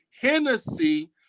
Hennessy